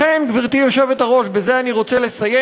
לכן, גברתי היושבת-ראש, בזה אני רוצה לסיים: